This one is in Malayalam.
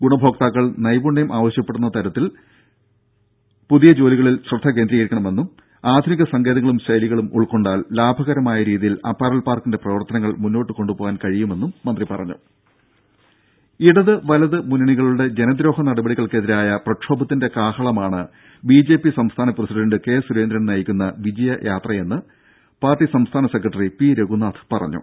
ഗുണഭോക്താക്കൾ നൈപുണ്യം ആവശ്യപ്പെടുന്ന തരത്തിലുള്ള ജോലികളിൽ കൂടുതൽ ശ്രദ്ധ കേന്ദ്രീകരിക്കണമെന്നും ആധുനിക സങ്കേതങ്ങളും ശൈലികളും ഉൾക്കൊണ്ടാൽ ലാഭകരമായ രീതിയിൽ അപ്പാരൽ പാർക്കിന്റെ പ്രവർത്തനങ്ങൾ മുന്നോട്ട് കൊണ്ടു പോകാമെന്നും മന്ത്രി പറഞ്ഞു ദേദ ഇടത് വലത് മുന്നണികളുടെ ജനദ്രോഹ നടപടികൾ ക്കെതിരായ പ്രക്ഷോഭത്തിന്റെ കാഹളമാണ് ബി ജെ പി സംസ്ഥാന പ്രസിഡണ്ട് കെ സുരേന്ദ്രൻ നയിക്കുന്ന വിജയയാത്രയെന്ന് പാർട്ടി സംസ്ഥാന സെക്രട്ടറി പി രഘുനാഥ് പറഞ്ഞു